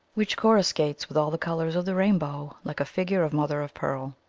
which coruscates with all the colours of the rain bow, like a figure of mother-of-pearl.